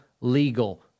legal